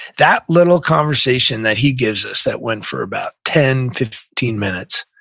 that little conversation that he gives us, that went for about ten, fifteen minutes,